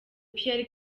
pierre